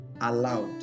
allowed